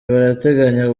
barateganya